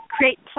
create